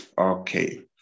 Okay